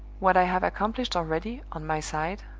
what i have accomplished already, on my side,